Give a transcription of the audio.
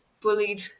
bullied